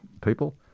people